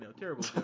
terrible